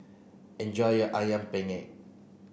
enjoy your Ayam Penyet